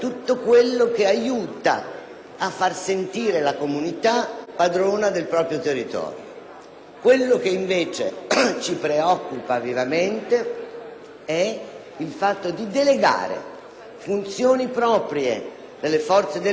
a far sentire la comunità padrona del proprio territorio. Ciò che, invece, ci preoccupa vivamente è il fatto di delegare funzioni proprie delle forze dell'ordine ad altri.